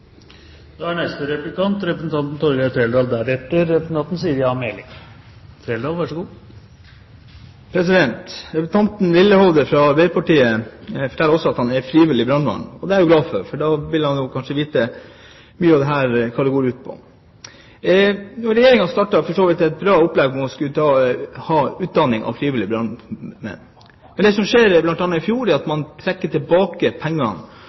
Representanten Lillehovde fra Arbeiderpartiet forteller at han er frivillig brannmann. Det er jeg glad for, for da vil han kanskje vite mye om hva dette går ut på. Regjeringen startet for så vidt et bra opplegg med å skulle utdanne frivillige brannmenn. Men det som skjer – bl.a. skjedde det i fjor – er at man trekker tilbake pengene